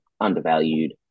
undervalued